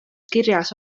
kirjas